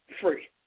free